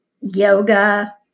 yoga